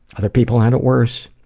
other people have it worse.